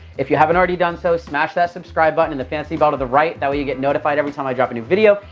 if you haven't already done so, smash that subscribe button and the fancy bell to the right, that way you get notified every time i drop a new video.